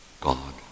God